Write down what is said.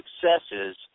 successes